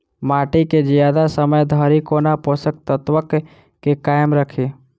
माटि केँ जियादा समय धरि कोना पोसक तत्वक केँ कायम राखि?